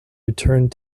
returned